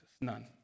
None